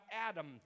Adam